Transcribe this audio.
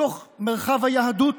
בתוך מרחב היהדות,